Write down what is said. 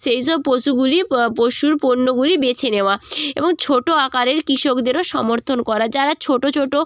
সেই সব পশুগুলি পশুর পণ্যগুলি বেছে নেওয়া এবং ছোটো আকারের কৃষকদেরও সমর্থন করা যারা ছোটো ছোটো